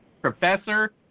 professor